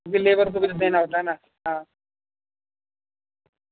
مجھے لیبر کو کچھ دینا ہوتا ہے نا ہاں